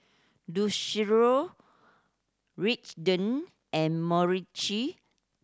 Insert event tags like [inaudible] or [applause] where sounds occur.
Lucero Raiden and [unintelligible]